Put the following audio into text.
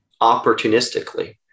opportunistically